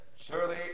Surely